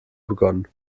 begonnen